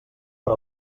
per